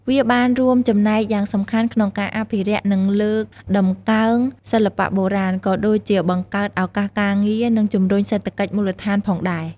វាបានរួមចំណែកយ៉ាងសំខាន់ក្នុងការអភិរក្ស និងលើកតម្កើងសិល្បៈបុរាណ ក៏ដូចជាបង្កើតឱកាសការងារ និងជំរុញសេដ្ឋកិច្ចមូលដ្ឋានផងដែរ។